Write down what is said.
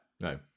no